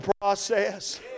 process